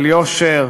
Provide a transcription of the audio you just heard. על יושר,